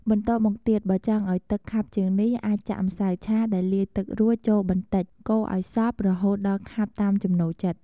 បន្ទាប់មកទៀត បើចង់ឱ្យទឹកខាប់ជាងនេះ អាចចាក់ម្សៅឆាដែលលាយទឹករួចចូលបន្តិចកូរឱ្យសព្វ រហូតដល់ខាប់តាមចំណូលចិត្ត។